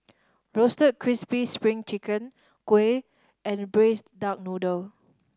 Roasted Crispy Spring Chicken Kuih and Braised Duck Noodle